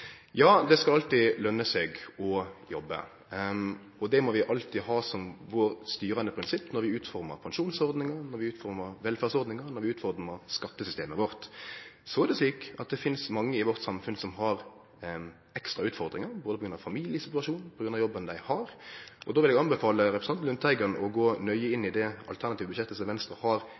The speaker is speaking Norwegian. Ja, det skal alltid lønne seg å jobbe, og det må vi alltid ha som vårt styrande prinsipp når vi utformar pensjonsordningar, når vi utformar velferdsordningar og når vi utformar skattesystemet vårt. Det finst mange i vårt samfunn som har ekstra utfordringar både på grunn av familiesituasjonen og på grunn av jobben dei har. Då vil eg rå representanten Lundteigen til å gå nøye inn i det alternative budsjettet som Venstre har levert, og som er målretta nettopp for å hjelpe dei som har